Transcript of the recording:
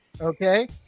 Okay